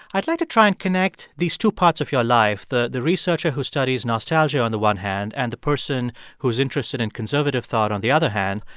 i'd like to try and connect these two parts of your life, the the researcher who studies nostalgia on and the one hand and the person who's interested in conservative thought on the other hand.